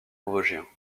vosgiens